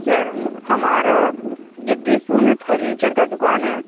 sir हमारा जगदीशपुर में furniture की दुकान है